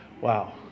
Wow